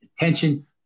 attention